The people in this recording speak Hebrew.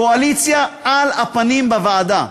הקואליציה על הפנים בוועדה.